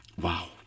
wow